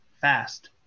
fast